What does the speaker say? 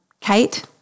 Kate